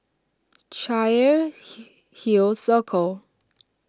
hill Circle